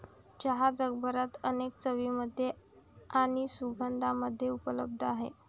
चहा जगभरात अनेक चवींमध्ये आणि सुगंधांमध्ये उपलब्ध आहे